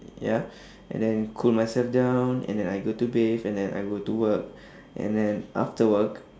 ya and then cool myself down and then I go to bathe and then I go to work and then after work